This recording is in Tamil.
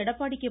எடப்பாடி கே